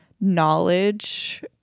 knowledge